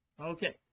okay